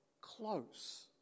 close